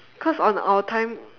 cause on our time